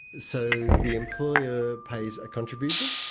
so the employer pays a contribution,